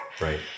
Right